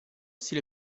stile